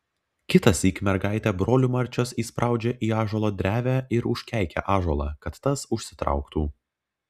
kitąsyk mergaitę brolių marčios įspraudžia į ąžuolo drevę ir užkeikia ąžuolą kad tas užsitrauktų